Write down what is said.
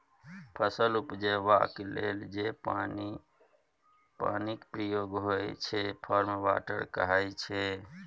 फसल उपजेबाक लेल जे पानिक प्रयोग होइ छै फार्म वाटर कहाइ छै